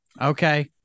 Okay